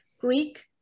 greek